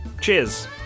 cheers